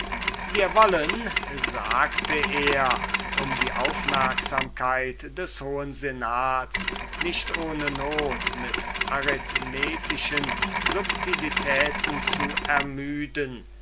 wir wollen sagte er um die aufmerksamkeit des hohen senats nicht ohne not mit arithmetischen subtilitäten zu ermüden